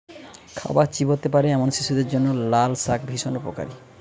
খাবার চিবোতে পারে এমন শিশুদের জন্য লালশাক ভীষণ উপকারী